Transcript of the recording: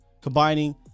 combining